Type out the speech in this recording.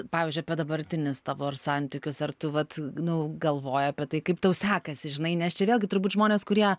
pavyzdžiui apie dabartinius tavo ar santykius ar tu vat nu galvoji apie tai kaip tau sekasi žinai nes čia vėlgi turbūt žmonės kurie